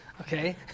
okay